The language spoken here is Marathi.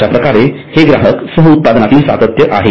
अश्याप्रकारे हे ग्राहक सह उत्पादनातील सातत्य आहे